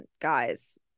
guys